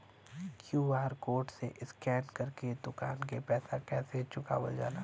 QR code से scan कर के दुकान के पैसा कैसे चुकावल जाला?